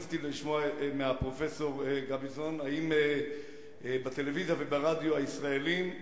רציתי לשמוע מפרופסור גביזון אם בטלוויזיה וברדיו הישראליים,